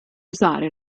usare